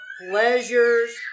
pleasures